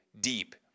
deep